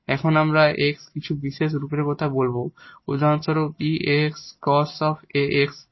এখন আমরা এই X এর কিছু পার্টিকুলার রূপের কথা বলব উদাহরণস্বরূপ 𝑒 𝑎𝑥 cos 𝑎𝑥 sin 𝑎𝑥